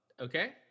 okay